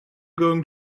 going